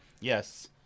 Yes